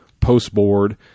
post-board